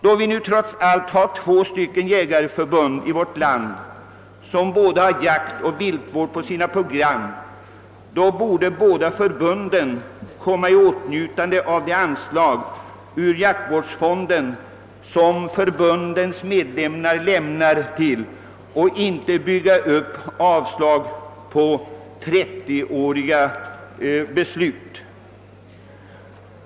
Då vi nu trots allt har två jägarförbund i vårt land med både jaktoch viltvård på sitt program, borde båda förbunden komma i åtnjutande av det anslag ur jaktvårdsfonden som förbundens medlemmar bidrar till. Man borde inte motivera ett avstyrkande med ett 30 år gammalt beslut.